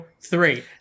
three